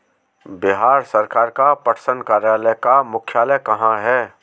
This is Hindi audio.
बिहार सरकार का पटसन कार्यालय का मुख्यालय कहाँ है?